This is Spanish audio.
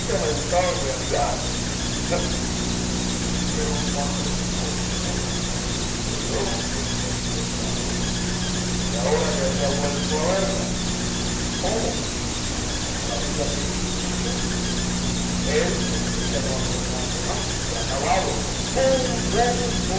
me gustaba en realidad pero cuando estuvo solo se lloró a sí mismo su desgracia y ahora que había vuelto a verla cómo cómo la había querido siempre él que creía no acordarse más y acabado